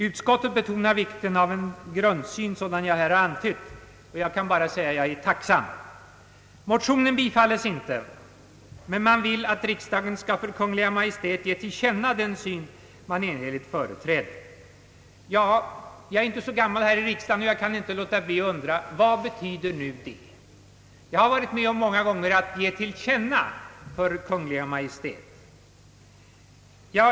Utskottet betonar vikten av en grundsyn sådan jag här har antytt den. Jag kan bara säga — jag är tacksam! Bifall till motionen tillstyrkes inte men utskottet vill att riksdagen för Kungl. Maj:t skall ge till känna den syn som utskottet enhälligt företräder. Jag är inte så gammal här i riksdagen, och jag kan inte låta bli att undra: Vad betyder nu det? Jag har många gånger varit med om att » ge till känna» för Kungl. Maj:t.